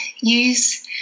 use